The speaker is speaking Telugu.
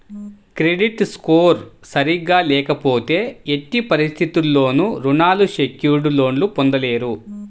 క్రెడిట్ స్కోర్ సరిగ్గా లేకపోతే ఎట్టి పరిస్థితుల్లోనూ రుణాలు సెక్యూర్డ్ లోన్లు పొందలేరు